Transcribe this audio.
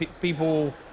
People